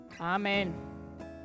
Amen